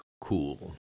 Cool